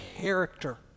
character